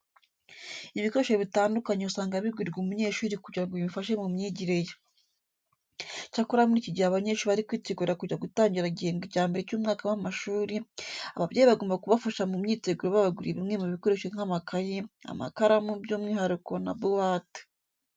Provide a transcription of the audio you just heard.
Ibikoresho bitandukanye usanga bigurirwa umunyeshuri kugira ngo bimufashe mu myigire ye. Icyakora muri iki gihe abanyeshuri bari kwitegura kujya gutangira igihembwe cya mbere cy'umwaka w'amashuri, ababyeyi bagomba kubafasha mu myiteguro babagurira bimwe mu bikoresho nk'amakayi, amakaramu by'umwihariko na buwate.